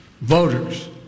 voters